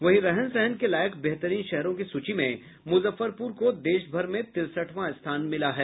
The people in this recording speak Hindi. वहीं रहन सहन के लायक बेहतरीन शहरों की सूची में मुजफ्फरपुर को देश भर में तिरसठवां स्थान मिला है